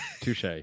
Touche